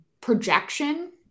projection